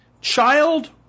Child